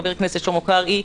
חבר הכנסת שלמה קרעי,